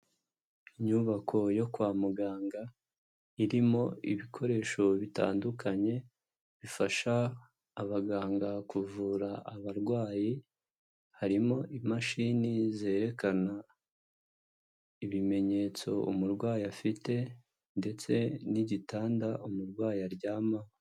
Inyubako yo kwa muganga irimo ibikoresho bitandukanye, bifasha abaganga kuvura abarwayi, harimo imashini zerekana ibimenyetso umurwayi afite, ndetse n'igitanda umurwayi aryamaho.